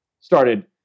started